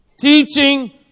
Teaching